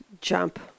jump